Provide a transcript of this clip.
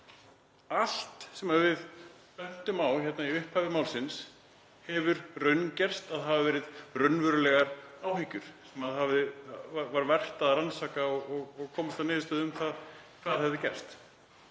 Allt sem við bentum á í upphafi málsins hefur raungerst að hafi verið raunverulegar áhyggjur sem var vert að rannsaka og komast að niðurstöðu um hvað hefði gerst.